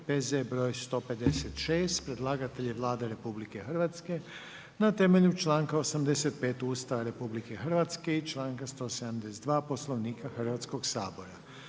P.Z. br. 156 Predlagatelj je Vlada Republike Hrvatske, na temelju članka 85. Ustava Republike Hrvatske i članka 172 Poslovnika Hrvatskog sabora.